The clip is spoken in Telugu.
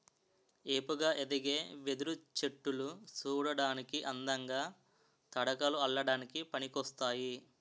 ఏపుగా ఎదిగే వెదురు చెట్టులు సూడటానికి అందంగా, తడకలు అల్లడానికి పనికోస్తాయి